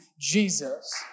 Jesus